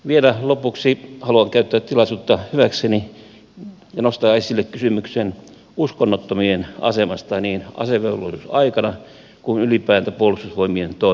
vielä lopuksi haluan käyttää tilaisuutta hyväkseni ja nostaa esille kysymyksen uskonnottomien asemasta niin asevelvollisuusaikana kuin ylipäätään puolustusvoimien toiminnassa